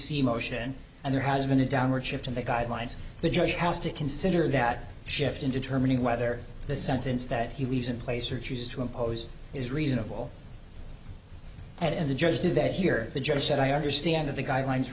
c motion and there has been a downward shift in the guidelines the judge has to consider that shift in determining whether the sentence that he leaves in place or chooses to impose is reasonable and the judge did that here the judge said i understand that the guidelines